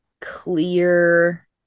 clear